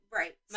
right